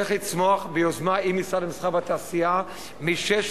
הולך לצמוח ביוזמה עם משרד המסחר והתעשייה מ-600